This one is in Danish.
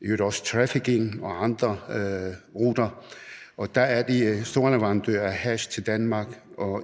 og i forhold til andre ruter – der er storleverandører af hash til Danmark,